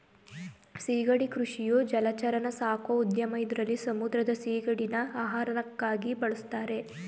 ಸಿಗಡಿ ಕೃಷಿಯು ಜಲಚರನ ಸಾಕೋ ಉದ್ಯಮ ಇದ್ರಲ್ಲಿ ಸಮುದ್ರದ ಸಿಗಡಿನ ಆಹಾರಕ್ಕಾಗ್ ಬಳುಸ್ತಾರೆ